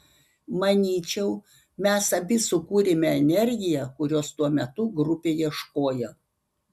manyčiau mes abi sukūrėme energiją kurios tuo metu grupė ieškojo